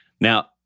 Now